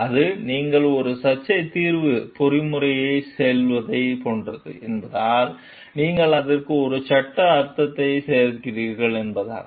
இது நீங்கள் ஒரு சர்ச்சைத் தீர்வு பொறிமுறைக்குச் செல்வதைப் போன்றது என்பதால் நீங்கள் அதற்கு ஒரு சட்ட அர்த்தத்தைச் சேர்க்கிறீர்கள் என்பதாகும்